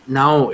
now